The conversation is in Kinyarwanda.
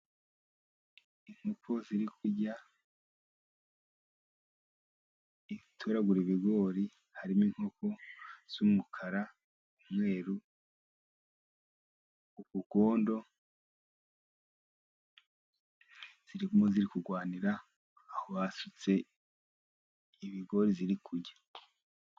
Inkoko ziri kurya ziri gutoragura ibigori harimo: inkoko z'umukara n'umweru, ubugondo. Zirimo ziri kurwanira aho basutse ibigori ziri kurya.